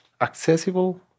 accessible